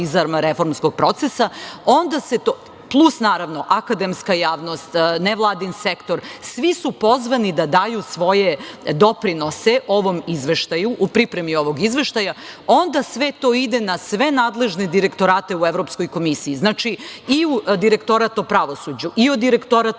reformskog procesa, plus, naravno, akademska javnost, nevladin sektor. Svi su pozvani da daju svoje doprinose ovom izveštaju, u pripremi ovog izveštaja. Onda, sve to ide na sve nadležne direktorate u Evropskoj komisiji. Znači, i u direktora o pravosuđu i u direktorat